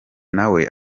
nawe